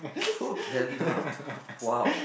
Foodpanda !wow!